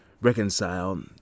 reconcile